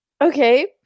Okay